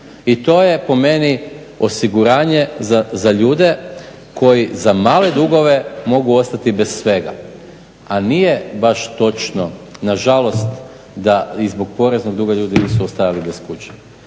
I to je po meni osiguranje za ljude koji za male dugove mogu ostati bez svega. A nije baš točno nažalost da i zbog poreznog duga ljudi nisu ostajali bez kuće.